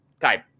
type